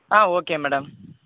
ah okay madam